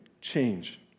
change